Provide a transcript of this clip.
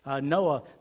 Noah